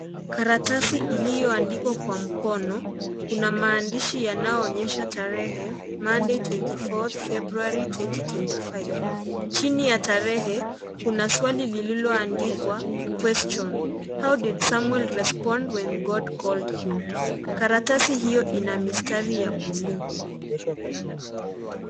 Karatasi iliyoandikwa kwa mkono. Kuna maandishi inayoonyesha tarehe, Monday 24th February 2025 . Chini ya tarehe kuna swali lililoandikwa Question: How did Samuel respond when God called him? . Karatasi hio ina mistari ya buluu.